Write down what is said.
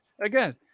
Again